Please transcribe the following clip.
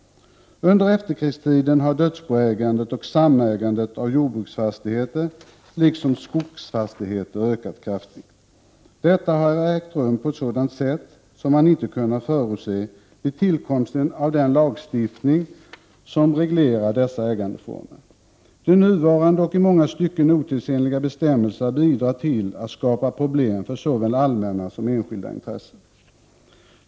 Under efterkrigstiden har dödsboägandet och samägandet av jordbruksfastigheter och skogsfastigheter ökat kraftigt och på ett sätt som man inte kunnat förutse vid tillkomsten av den lagstiftning som reglerar dessa ägandeformer. De nuvarande och i många stycken otidsenliga bestämmelserna bidrar till att skapa problem för såväl allmänna som enskilda intressen.